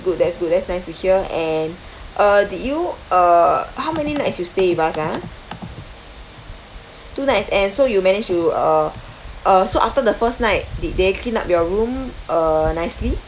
good that's good that's nice to hear and uh did you uh how many nights you stay with us ah two nights and so you managed to uh uh so after the first night did they clean up your room uh nicely